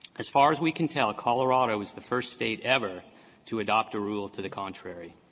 as far as we can tell, colorado is the first state ever to adopt a rule to the contrary.